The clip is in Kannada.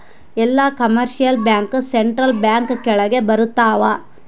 ಎಲ್ಲ ಕಮರ್ಶಿಯಲ್ ಬ್ಯಾಂಕ್ ಸೆಂಟ್ರಲ್ ಬ್ಯಾಂಕ್ ಕೆಳಗ ಬರತಾವ